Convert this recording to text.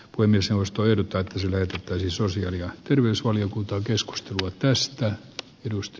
kumiseos toyota sijoitettaisi sosiaali ja terveysvaliokuntaa keskustelua tästä edusta